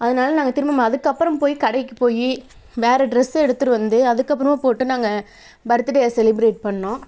அதனால நாங்கள் திரும்ப அதுக்கப்புறம் போய் கடைக்கு போய் வேறு டிரெஸ்ஸு எடுத்துகிட்டு வந்து அதுக்கப்புறமா போட்டு நாங்கள் பர்த்து டேவை செலிபிரேட் பண்ணிணோம்